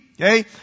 okay